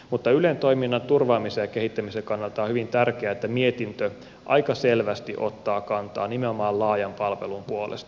mutta ylen toiminnan turvaamisen ja kehittämisen kannalta on hyvin tärkeää että mietintö aika selvästi ottaa kantaa nimenomaan laajan palvelun puolesta